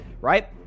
Right